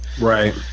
Right